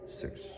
six